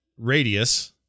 Radius